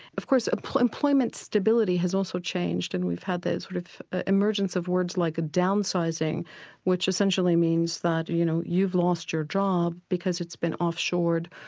of course employment stability has also changed and we've had the sort of emergence of words like a downsizing which essentially means that, you know you've lost your job because it's been off shored.